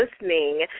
listening